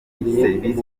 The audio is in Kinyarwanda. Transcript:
serivisi